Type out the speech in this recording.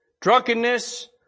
drunkenness